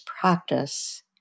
practice